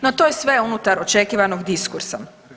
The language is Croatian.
No to je sve unutar očekivanog diskursa.